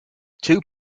two